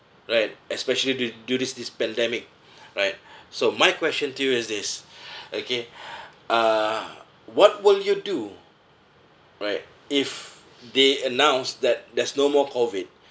right especially due due this this pandemic right so my question to you is this okay uh what will you do right if they announce that there's no more COVID